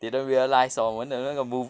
didn't realise hor 我们的那个 mo~